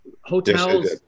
Hotels